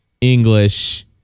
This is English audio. English